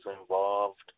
involved